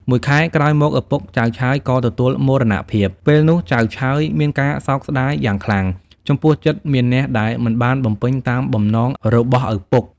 មួយខែក្រោយមក ឪពុកចៅឆើយក៏ទទួលមរណភាព ពេលនោះ ចៅឆើយមានការសោកស្តាយយ៉ាងខ្លាំង ចំពោះចិត្តមានះដែលមិនបានបំពេញ តាមបំណងរបស់ឪពុក ។